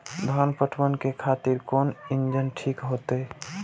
धान पटवन के खातिर कोन इंजन ठीक होते?